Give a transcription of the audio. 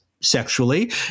sexually